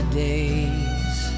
days